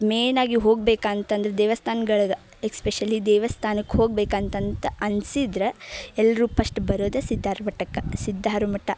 ಮೇಯ್ನಾಗಿ ಹೋಗ್ಬೇಕು ಅಂತಂದ್ರೆ ದೇವಸ್ಥಾನ್ಗಳಿಗೆ ಎಕ್ಸ್ಪೆಶಲಿ ದೇವಸ್ಥಾನಕ್ಕೆ ಹೋಗಬೇಕಂತಂತ ಅನ್ಸಿದ್ರೆ ಎಲ್ಲರೂ ಪಸ್ಟ್ ಬರೋದೆ ಸಿದ್ಧಾರ್ಮಠಕ್ಕೆ ಸಿದ್ಧಾರ ಮಠ